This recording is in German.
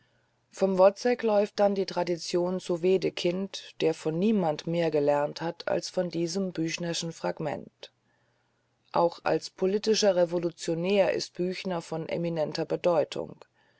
vom wozzek läuft die tradition zu wedekind der von niemand mehr gelernt hat als von diesem büchnerschen aphorismus auch als politischer revolutionär ist büchner von eminenter bedeutung